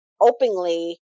openly